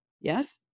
Yes